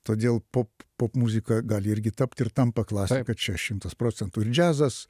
todėl pop popmuzika gali irgi tapt ir tampa klasika čia šimtas procentų ir džiazas